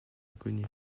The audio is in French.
inconnu